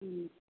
हूँ